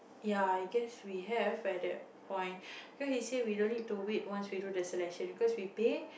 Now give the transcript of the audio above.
ya I guess we have at that point cause you say we don't need to wait once we do the selection cause we pay